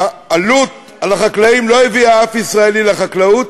העלות על החקלאים לא הביאה אף ישראלי לחקלאות,